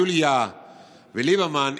יוליה וליברמן,